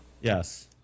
Yes